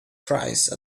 surprised